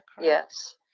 yes